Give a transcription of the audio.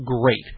great